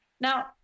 Now